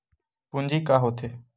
पूंजी का होथे?